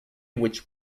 which